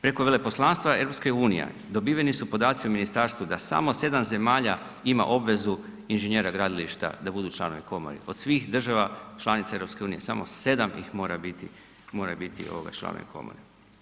Preko veleposlanstva EU dobiveni su podaci u ministarstvu da samo 7 zemalja ima obvezu inženjera gradilišta da budu članove komore kod svih država članica EU-a, samo 7 ih mora biti članovi komore.